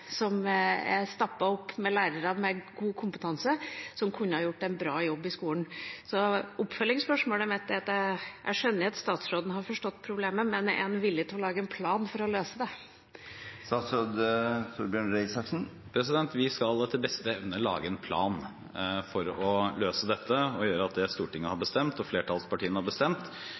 er stappet opp med lærere med god kompetanse som kunne gjort en bra jobb i skolen. Så oppfølgingsspørsmålet mitt er: Jeg skjønner at statsråden har forstått problemet, men er han villig til å lage en plan for å løse det? Vi skal etter beste evne lage en plan for å løse dette og gjøre at det Stortinget og flertallspartiene har bestemt,